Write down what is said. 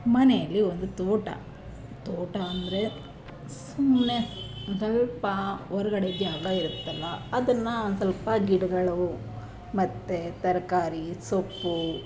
ಮನೆಯಲ್ಲಿ ಒಂದು ತೋಟ ತೋಟ ಅಂದರೆ ಸುಮ್ಮನೆ ಸ್ವಲ್ಪ ಹೊರಗಡೆ ಜಾಗ ಇರುತ್ತಲ್ಲ ಅದನ್ನು ಒಂದು ಸ್ವಲ್ಪ ಗಿಡಗಳು ಮತ್ತೆ ತರಕಾರಿ ಸೊಪ್ಪು